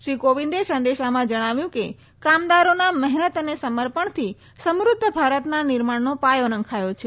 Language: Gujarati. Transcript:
શ્રી કોવિંદે સંદેશામાં જણાવ્યું કે કામદારોના મહેનત અને સમર્પણથી સમુદ્ધ ભારતના નિર્માણનો પાયો નખાયો છે